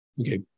Okay